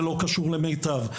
זה לא קשור למיטב,